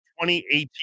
2018